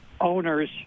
owners